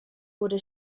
wurde